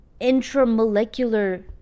intramolecular